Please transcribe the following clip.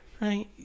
right